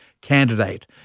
candidate